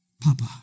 Papa